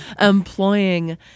employing